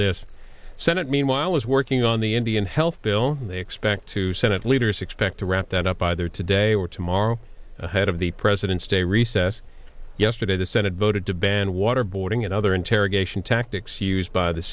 this senate meanwhile is working on the indian health bill and they expect two senate leaders expect to wrap that up either today or tomorrow r o ahead of the president's day recess yesterday the senate voted to ban waterboarding and other interrogation tactics used by the